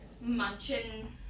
mansion